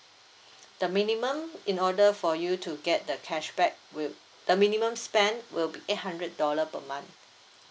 the minimum in order for you to get the cashback with the minimum spend will be eight hundred dollar per month